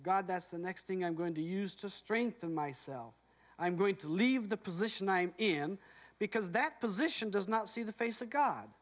god that's the next thing i'm going to use to strengthen myself i'm going to leave the position i'm in because that position does not see the face of god